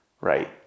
Right